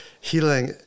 healing